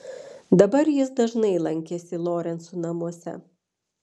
dabar jis dažnai lankėsi lorencų namuose